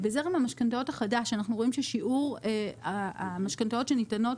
בזרם המשכנתאות החדש אנחנו רואים ששיעור המשכנתאות שניתנות